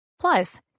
Plus